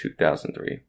2003